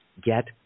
get